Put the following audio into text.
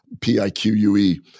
P-I-Q-U-E